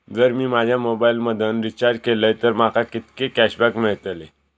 जर मी माझ्या मोबाईल मधन रिचार्ज केलय तर माका कितके कॅशबॅक मेळतले?